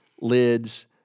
lids